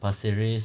pasir ris